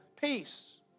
Peace